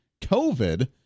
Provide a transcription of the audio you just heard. covid